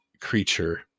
creature